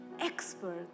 expert